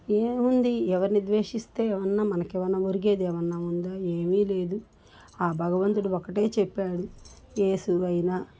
ఏముంది ఎవ్వరిని ద్వేషిస్తే ఎమన్నా మనకేవన్నా వొరిగేదేమన్నా ఉందా ఏమీ లేదు ఆ భగవంతుడు ఒకటే చెప్పాడు యేసూ అయినా